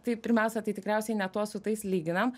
tai pirmiausia tai tikriausiai ne tuos su tais lyginam